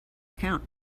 account